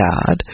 God